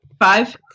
Five